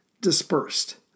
dispersed